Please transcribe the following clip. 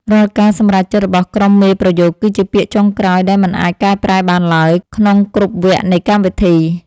រាល់ការសម្រេចចិត្តរបស់ក្រុមមេប្រយោគគឺជាពាក្យចុងក្រោយដែលមិនអាចកែប្រែបានឡើយក្នុងគ្រប់វគ្គនៃកម្មវិធី។